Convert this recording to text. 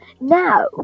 Now